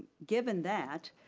given that,